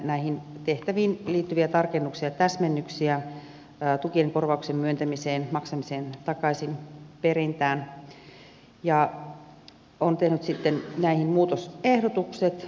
näihin tehtäviin takaisinperintää koskien tukien ja korvauksen myöntämistä maksamista ja takaisinperintää ja on tehnyt sitten näihin muutosehdotukset